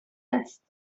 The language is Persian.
است